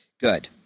Good